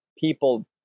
people